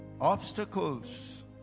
obstacles